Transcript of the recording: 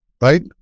right